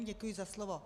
Děkuji za slovo.